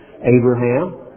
Abraham